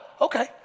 okay